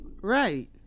Right